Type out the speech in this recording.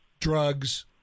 drugs